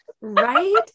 Right